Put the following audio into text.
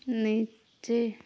नीचे